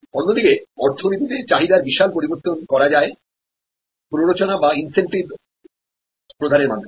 অন্যদিকে অর্থনীতিতেচাহিদার বিশাল পরিবর্তন করা যায় ইন্সেন্টিভ প্রদানের মাধ্যমে